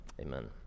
Amen